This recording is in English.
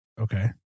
okay